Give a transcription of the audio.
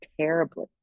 terribly